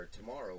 tomorrow